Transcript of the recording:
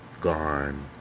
gone